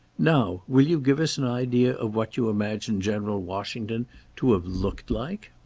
now, will you give us an idea of what you imagine general washington to have looked like?